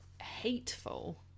hateful